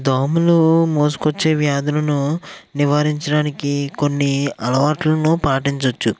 దోమలు మోసుకొచ్చే వ్యాధులను నివారించడానికి కొన్ని అలవాట్లను పాటించవచ్చు